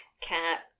cat